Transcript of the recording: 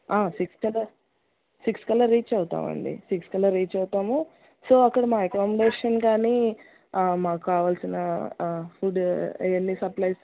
six కల్లా six కల్లా reach అవుతామండి సిక్స్ కల్లా రీచ్ అవుతాము సో అక్కడ మా అకామోడేషన్ కానీ మాకు కావలసిన ఫుడ్ అవన్నీ సప్లైస్